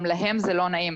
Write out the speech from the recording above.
גם להם זה לא נעים.